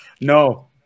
no